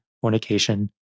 fornication